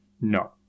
no